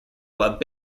club